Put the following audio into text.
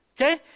okay